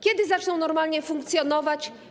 Kiedy zaczną normalnie funkcjonować?